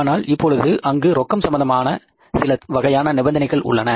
ஆனால் இப்பொழுது அங்கு ரொக்கம் சம்பந்தமாக சில வகையான நிபந்தனைகள் உள்ளன